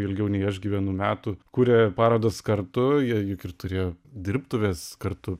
ilgiau nei aš gyvenu metų kuria parodas kartu jie juk ir turėjo dirbtuves kartu